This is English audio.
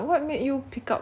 learning to dance